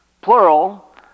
plural